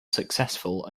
successful